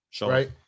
Right